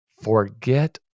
forget